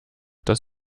dass